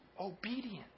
Obedient